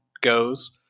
goes